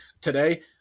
Today